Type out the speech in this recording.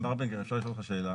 מר במברגר, אפשר לשאול אותך שאלה?